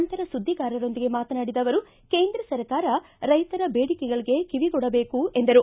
ನಂತರ ಸುದ್ದಿಗಾರರೊಂದಿಗೆ ಮಾತನಾಡಿದ ಅವರು ಕೇಂದ್ರ ಸರ್ಕಾರ ರೈತರ ಬೇಡಿಕೆಗಳಗೆ ಕಿವಿಗೊಡಬೇಕು ಎಂದರು